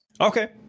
Okay